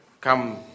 come